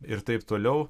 ir taip toliau